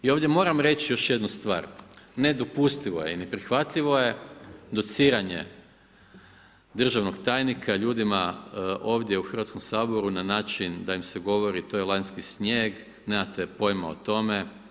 I ovdje moram reći još jednu stvar nedopustivo je i neprihvatljivo je dociranje državnog tajnika ljudima ovdje u Hrvatskom saboru na način da im se govori to je lanjski snijeg, nemate pojma o tome.